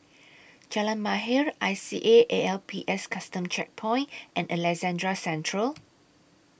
Jalan Mahir I C A A L P S Custom Checkpoint and Alexandra Central